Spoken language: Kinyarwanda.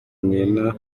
nyina